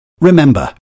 Remember